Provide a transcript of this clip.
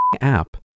app